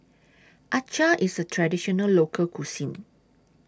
Acar IS A Traditional Local Cuisine